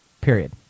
period